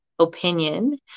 Opinion